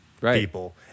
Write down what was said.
people